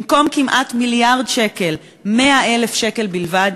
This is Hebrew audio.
במקום כמעט מיליארד שקל 100,000 שקל בלבד,